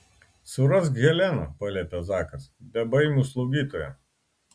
surask heleną paliepia zakas bebaimių slaugytoją